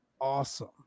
awesome